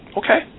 okay